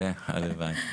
הלוואי.